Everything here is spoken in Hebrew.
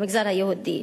במגזר היהודי.